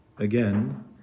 Again